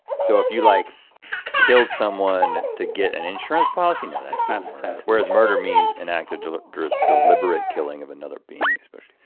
so if you like killed someone to get an insurance policy, no, that's not assassination whereas murder means inactive deliberate deliberate killing of another being especially.